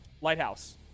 Lighthouse